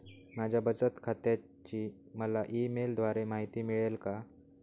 माझ्या बचत खात्याची मला ई मेलद्वारे माहिती मिळेल का?